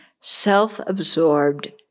self-absorbed